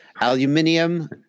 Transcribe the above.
Aluminium